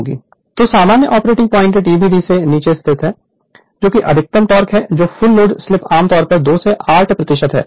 Refer Slide Time 2316 तो सामान्य operating point TBD से नीचे स्थित है जो कि अधिकतम टॉर्क है जो फुल लोड स्लिप आमतौर पर 2 से 8 प्रतिशत है